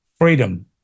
freedom